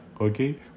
okay